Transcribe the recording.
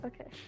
Okay